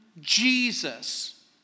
Jesus